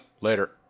later